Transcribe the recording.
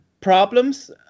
problems